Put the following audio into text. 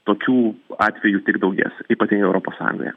tokių atvejų tik daugės ypatingai europos sąjungoje